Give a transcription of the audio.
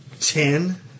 Ten